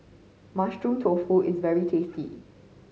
Mushroom Tofu is very tasty